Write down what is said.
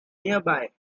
nearby